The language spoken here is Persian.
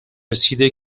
رسیده